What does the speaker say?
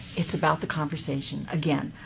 it's about the conversation. again,